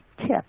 tip